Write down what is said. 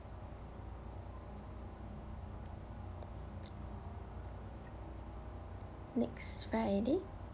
next friday